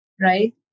right